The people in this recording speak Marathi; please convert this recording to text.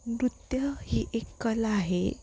नृत्य ही एक कला आहे